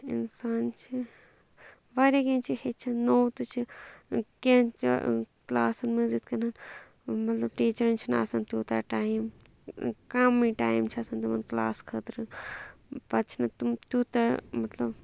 اِنسان چھِ واریاہ کیٚنٛہہ چھِ ہیٚچھَان نوٚو تہِ چھِ کیٚنٛہہ کلاسَن منٛز یِتھ کَنَن مطلب ٹیٖچرَن چھِنہٕ آسان تیوٗتاہ ٹایم کَمٕے ٹایم چھِ آسان تِمَن کلاس خٲطرٕ پَتہٕ چھِنہٕ تِم تیوٗتاہ مطلب